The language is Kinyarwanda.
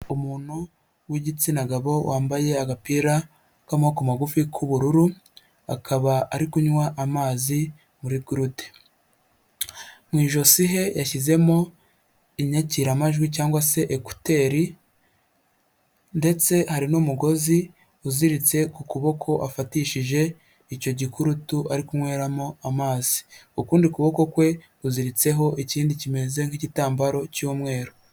Umuntu w'igitsina gabo wambaye agapira k'amaboko magufi k'ubururu, akaba ari kunywa amazi muri gurude, mw’ijosi he yashyizemo inyakiramajwi cyangwa se ekuteri, ndetse hari n'umugozi uziritse ku kuboko afatishije icyo gikurutu ari kunyweramo amazi, ukundi kuboko kwe kuziritseho ikindi kimeze nk'igitambaro cy'umweru.